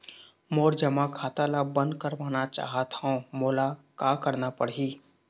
मोर जमा खाता ला बंद करवाना चाहत हव मोला का करना पड़ही?